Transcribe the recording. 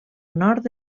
nord